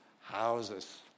houses